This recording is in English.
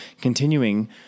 continuing